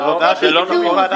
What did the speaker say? זה קיצור.